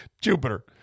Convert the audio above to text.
Jupiter